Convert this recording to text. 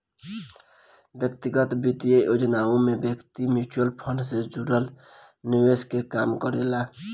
व्यक्तिगत वित्तीय योजनाओं में व्यक्ति म्यूचुअल फंड से जुड़ल निवेश के काम करेला